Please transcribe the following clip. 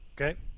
Okay